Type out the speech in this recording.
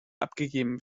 abgegeben